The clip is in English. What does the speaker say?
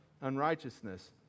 unrighteousness